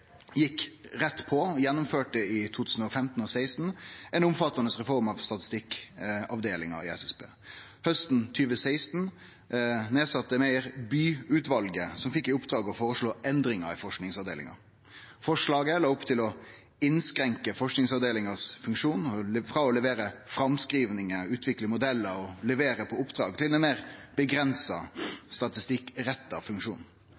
gjekk rett på og gjennomførte i 2015–2016 ein omfattande reform av statistikkavdelinga i SSB. Hausten 2016 sette Meyer ned Bye-utvalet, som fekk i oppdrag å føreslå endringar i forskingsavdelinga. Forslaget la opp til å innskrenke funksjonen til forskingsavdelinga frå å levere framskrivingar, utvikle modellar og levere på oppdrag til ein meir avgrensa statistikkretta funksjon.